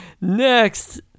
next